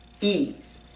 ease